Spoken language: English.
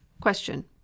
Question